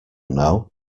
know